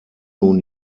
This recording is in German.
nun